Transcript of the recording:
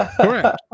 Correct